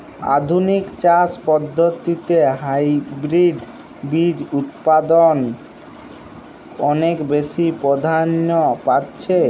আধুনিক চাষ পদ্ধতিতে হাইব্রিড বীজ উৎপাদন অনেক বেশী প্রাধান্য পাচ্ছে